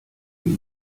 die